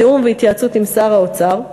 בתיאום ובהתייעצות עם שר האוצר,